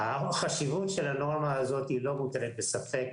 החשיבות של הנורמה הזאת לא מוטלת בספק.